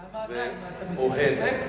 למה עדיין, אתה מטיל ספק?